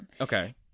Okay